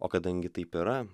o kadangi taip yra